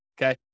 okay